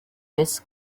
this